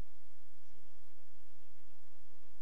אשר הביאו לפגיעה מיותרת בחולים.